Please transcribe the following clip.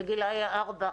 בגילאי ארבע,